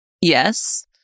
yes